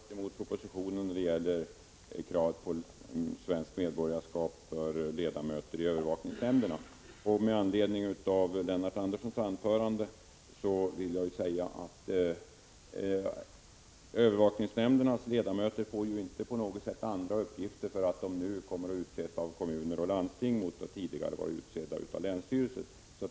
Herr talman! Från vårt håll har vi gått emot propositionen bara då det gäller kravet på svenskt medborgarskap för ledamöter i övervakningsnämnderna. Med anledning av Lennart Anderssons anförande vill jag säga att övervakningsnämndernas ledamöter inte på något sätt får andra uppgifter därför att de nu kommer att utses av kommuner och landsting mot att tidigare ha varit utsedda av länsstyrelsen.